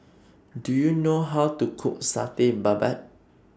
Do YOU know How to Cook Satay Babat